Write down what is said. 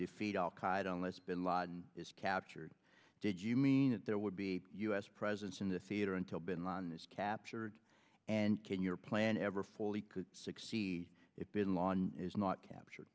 unless bin laden is captured did you mean that there would be u s presence in the theater until bin laden is captured and can your plan ever fully could succeed if bin laden is not captured